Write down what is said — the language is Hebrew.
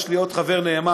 יש לי עוד חבר נאמן,